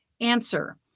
Answer